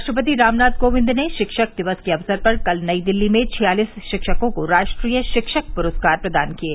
राष्ट्रपति रामनाथ कोविंद ने शिक्षक दिवस के अवसर पर कल नई दिल्ली में छियालिस शिक्षकों को राष्ट्रीय शिक्षक पुरस्कार प्रदान किये